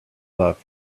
loved